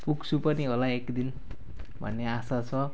पुग्छु पनि होला एक दिन भन्ने आशा छ